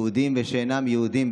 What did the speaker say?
יהודים ושאינם יהודים,